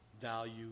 value